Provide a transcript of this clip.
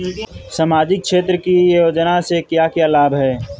सामाजिक क्षेत्र की योजनाएं से क्या क्या लाभ है?